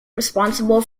responsible